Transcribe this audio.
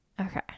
Okay